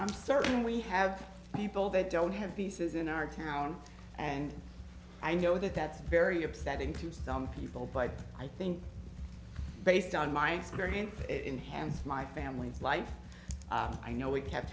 i'm certain we have people that don't have pieces in our town and i know that that's very upsetting to some people but i think based on my experience it enhanced my family's life i know we kept